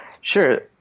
Sure